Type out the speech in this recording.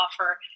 offer